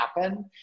happen